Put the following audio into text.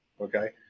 okay